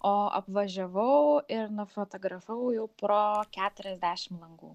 o apvažiavau ir nufotografavau jau pro keturiasdešim langų